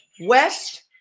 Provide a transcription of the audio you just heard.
west